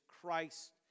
Christ